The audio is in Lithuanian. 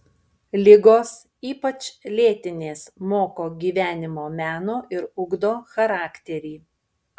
ligos ypač lėtinės moko gyvenimo meno ir ugdo charakterį